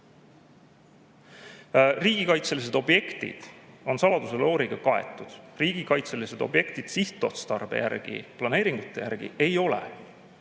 Riigikaitselised objektid on saladuselooriga kaetud, riigikaitselised objektid sihtotstarbe järgi, planeeringute järgi nii ei ole.